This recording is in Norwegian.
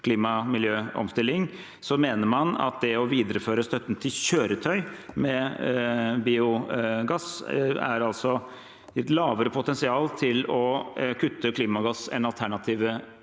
klima- og miljøomstilling, mener man at det å videreføre støtten til kjøretøy med biogass vil gi et litt lavere potensial for å kutte klimagass enn alternative